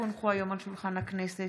כי הונחו היום על שולחן הכנסת,